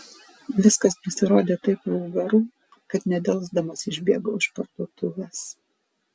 viskas pasirodė taip vulgaru kad nedelsdamas išbėgau iš parduotuvės